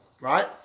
right